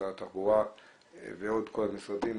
משרד התחבורה ועוד כל המשרדים,